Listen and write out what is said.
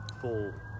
full